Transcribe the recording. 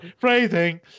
Phrasing